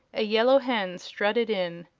a yellow hen strutted in.